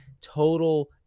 total